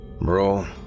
Bro